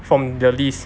from the list